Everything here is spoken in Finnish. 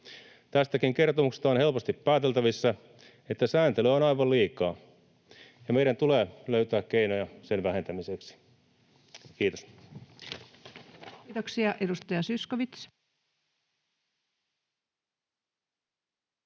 Tästäkin kertomuksesta on helposti pääteltävissä, että sääntelyä on aivan liikaa ja meidän tulee löytää keinoja sen vähentämiseksi. — Kiitos. [Speech